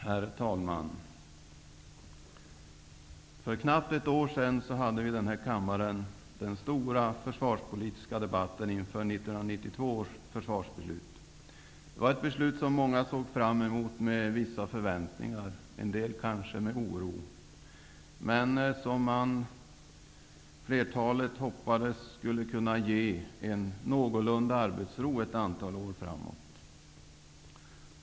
Herr talman! För knappt ett år sedan hade vi i denna kammare den stora försvarspolitiska debatten inför 1992 års försvarsbeslut. Det var ett beslut som många såg fram emot med vissa förväntningar, en del kanske med oro, men som flertalet hoppades skulle kunna ge någorlunda arbetsro ett antal år framåt.